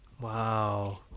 wow